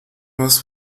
más